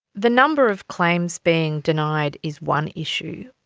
the number of claims being denied is one issue.